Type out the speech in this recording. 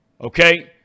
Okay